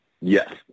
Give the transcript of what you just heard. Yes